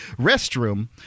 restroom